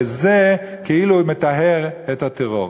וזה כאילו מטהר את הטרור.